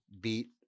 beat